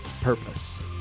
purpose